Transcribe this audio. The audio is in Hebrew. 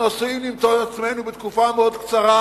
אנחנו עשויים למצוא את עצמנו בתקופה מאוד קצרה